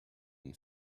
and